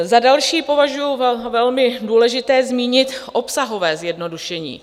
Za další považuji za velmi důležité zmínit obsahové zjednodušení.